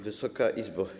Wysoka Izbo!